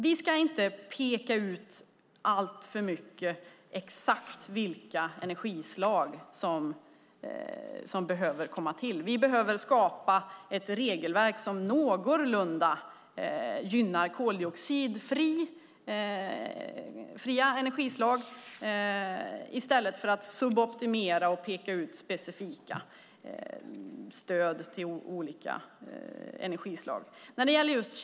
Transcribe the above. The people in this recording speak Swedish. Vi ska inte peka ut alltför exakt vilka energislag som måste komma till. Vi behöver skapa ett regelverk som någorlunda gynnar koldioxidfria energislag i stället för att suboptimera och peka ut specifika stöd.